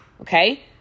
Okay